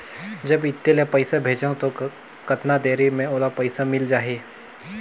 जब इत्ते ले पइसा भेजवं तो कतना देरी मे ओला पइसा मिल जाही?